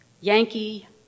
Yankee